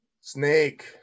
Snake